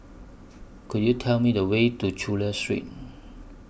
Could YOU Tell Me The Way to Chulia Street